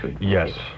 Yes